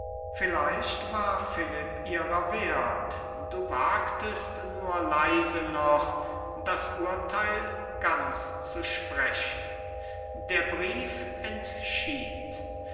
vielleicht war philipp ihrer wert du wagtest nur leise noch das urteil ganz zu sprechen der brief entschied